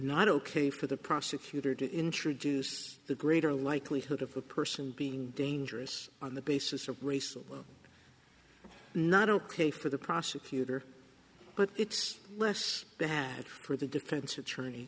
not ok for the prosecutor to introduce the greater likelihood of a person being dangerous on the basis of race or not ok for the prosecutor but it's less bad for the defense attorney